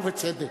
ובצדק.